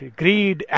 greed